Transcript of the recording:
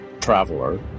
traveler